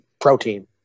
protein